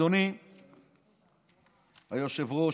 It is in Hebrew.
אדוני היושב-ראש,